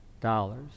dollars